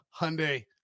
Hyundai